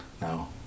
No